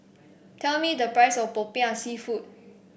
tell me the price of popiah seafood